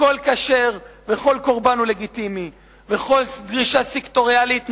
הכול כשר וכל קורבן הוא לגיטימי וכל דרישה סקטוריאלית נענית,